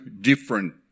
different